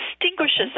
distinguishes